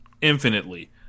Infinitely